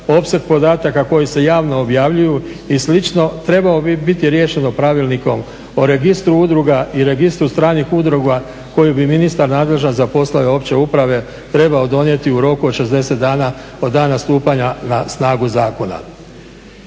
opseg podataka koji se javno objavljuju i slično trebao bi biti riješeno pravilnikom o registru udruga i registru stranih udruga koju bi ministar nadležan za poslove opće uprave trebao donijeti u roku od 60 dna od dana stupanja na snagu zakona.